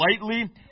lightly